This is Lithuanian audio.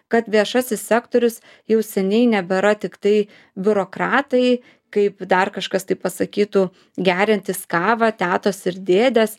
kad viešasis sektorius jau seniai nebėra tiktai biurokratai kaip dar kažkas tai pasakytų geriantys kavą tetos ir dėdės